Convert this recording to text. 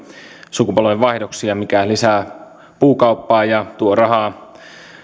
sukupolvenvaihdoksia mikä lisää puukauppaa ja tuo rahaa